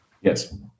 Yes